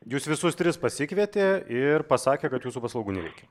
jus visus tris pasikvietė ir pasakė kad jūsų paslaugų nereikia